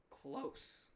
Close